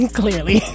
clearly